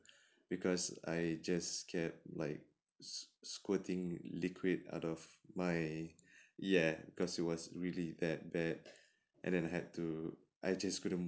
because I just scared like sq~ squirting liquid out of my ya because it was really that bad and then I had to I just couldn't